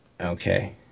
Okay